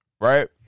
right